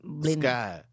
sky